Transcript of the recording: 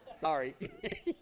Sorry